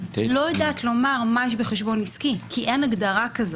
לא יודעת להגיד מה יש בחשבון עסקי כי אין הגדרה כזו.